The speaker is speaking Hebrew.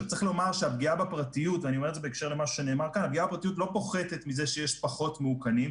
צריך לומר שהפגיעה בפרטיות לא פוחתת מזה שיש פחות מאוכנים,